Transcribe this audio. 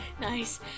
Nice